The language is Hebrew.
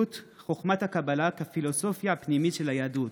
חוכמת הקבלה כפילוסופיה הפנימית של היהדות.